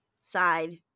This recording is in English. side